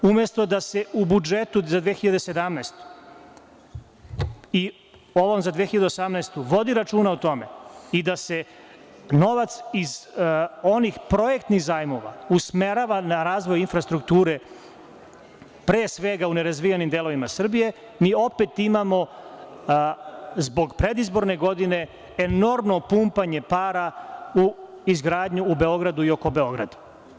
Umesto da se u budžetu za 2017. godinu i ovom za 2018. godinu vodi računa o tome i da se novac iz onih projektnih zajmova usmerava na razvoj infrastrukture pre svega u nerazvijenim delovima Srbije, mi opet imamo zbog predizborne godine enormno pumpanje para u izgradnju u Beogradu i oko Beograda.